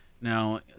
Now